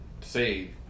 say